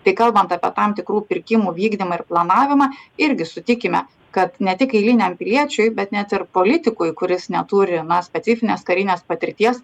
tai kalbant apie tam tikrų pirkimų vykdymą ir planavimą irgi sutikime kad ne tik eiliniam piliečiui bet net ir politikui kuris neturi na specifinės karinės patirties